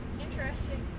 interesting